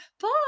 bye